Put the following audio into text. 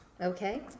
Okay